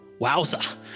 Wowza